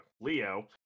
Leo